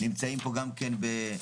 נמצאים פה גם כן בבתי-מלון,